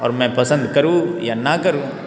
और मैं पसंद करूं या ना करूं